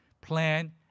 plan